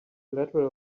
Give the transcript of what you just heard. collateral